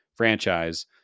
franchise